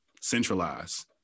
centralize